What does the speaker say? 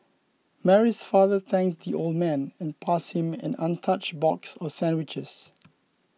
Mary's father thanked the old man and passed him an untouched box of sandwiches